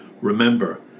Remember